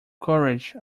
courage